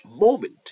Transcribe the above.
moment